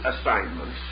assignments